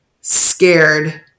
Scared